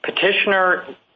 petitioner